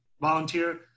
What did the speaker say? volunteer